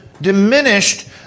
diminished